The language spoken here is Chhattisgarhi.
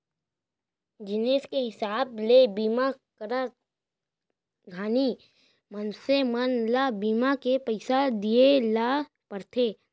जिनिस के हिसाब ले बीमा करत घानी मनसे मन ल बीमा के पइसा दिये ल परथे